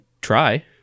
try